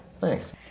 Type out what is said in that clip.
Thanks